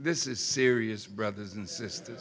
this is serious brothers and sisters